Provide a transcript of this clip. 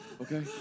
Okay